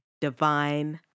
Divine